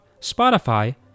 Spotify